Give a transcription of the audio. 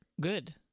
Good